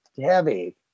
heavy